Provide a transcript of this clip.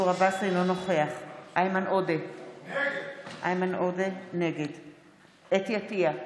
אינו נוכח איימן עודה, נגד חוה אתי עטייה,